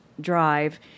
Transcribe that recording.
drive